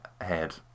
head